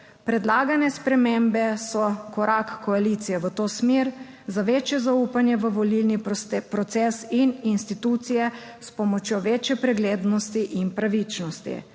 Predlagane spremembe so korak koalicije v to smer, za večje zaupanje v volilni proces in institucije s pomočjo večje preglednosti in pravičnosti.